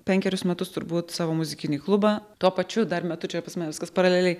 penkerius metus turbūt savo muzikinį klubą tuo pačiu dar metu čia pas mane viskas paraleliai